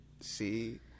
see